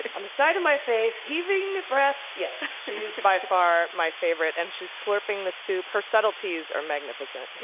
on the side of my face! heaving breaths. yes, she's by far my favorite, and she's slurping the soup. her subtleties are magnificent.